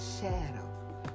Shadow